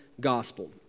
gospel